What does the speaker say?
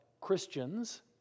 Christians